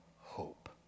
hope